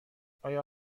آیا